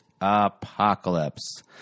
Apocalypse